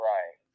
Right